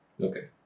Okay